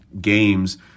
games